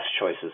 choices